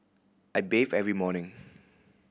I bathe every morning